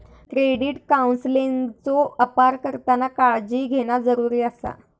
credit काउन्सेलिंगचो अपार करताना काळजी घेणा जरुरी आसा